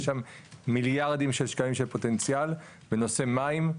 יש שם מיליארדים של שקלים של פוטנציאל בנושא מים,